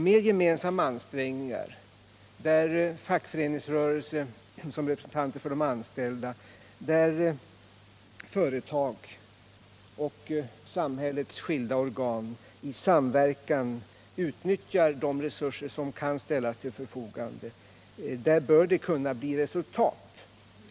Med gemensamma ansträngningar och genom att fackföreningsrörelsen som representanter för de anställda samt företagen och samhällets skilda organ i samverkan utnyttjar de resurser som kan ställas till förfogande borde vi kunna uppnå resultat.